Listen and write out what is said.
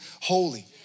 holy